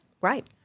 Right